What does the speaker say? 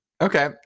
okay